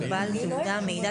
גם אחיות,